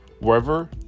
wherever